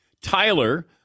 Tyler